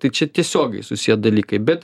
tai čia tiesiogiai susiję dalykai bet